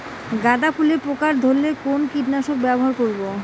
গাদা ফুলে পোকা ধরলে কোন কীটনাশক ব্যবহার করব?